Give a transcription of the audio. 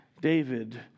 David